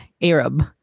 Arab